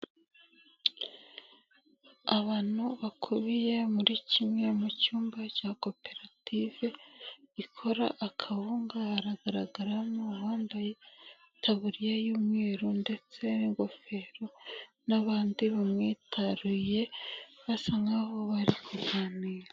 Abantu bakubiye muri kimwe mu cyumba cya koperative ikora akawunga, hagaragaramo uwambaye itaburiya y'umweru ndetse n'igofero n'abandi bamwitaruye basa nkaho bari kuganira.